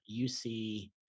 UC